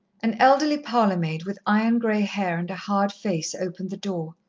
an elderly parlour-maid with iron-grey hair and hard face opened the door.